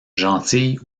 gentille